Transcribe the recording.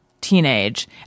teenage